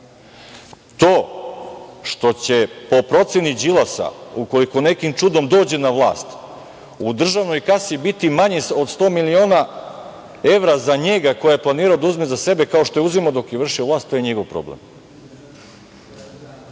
što će po proceni Đilasa, ukoliko nekim čudom dođe na vlast, u državnoj kasi biti manje od 100 miliona evra za njega, koje je planirao da uzme za sebe, kao što je uzimao dok je vršio vlast, to je njegov problem,